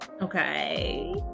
Okay